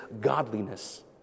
godliness